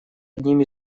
одним